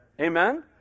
Amen